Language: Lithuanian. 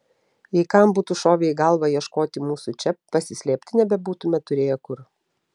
jei kam būtų šovę į galvą ieškoti mūsų čia pasislėpti nebebūtumėme turėję kur